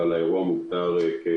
אבל כיום האירוע כבר מוגדר כפנדמיה.